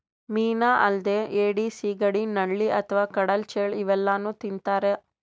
ಮೀನಾ ಅಲ್ದೆ ಏಡಿ, ಸಿಗಡಿ, ನಳ್ಳಿ ಅಥವಾ ಕಡಲ್ ಚೇಳ್ ಇವೆಲ್ಲಾನೂ ತಿಂತಾರ್